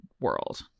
world